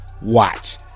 watch